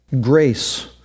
grace